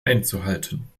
einzuhalten